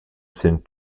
sind